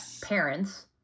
parents